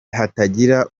hatagira